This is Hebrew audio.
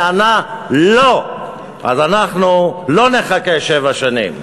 וענה: לא." אז אנחנו לא נחכה שבע שנים.